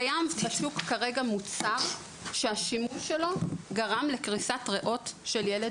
קיים בשוק כרגע מוצר שהשימוש שלו גרם לקריסת ריאות של ילד